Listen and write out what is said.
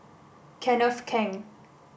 Kenneth Keng